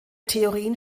theorien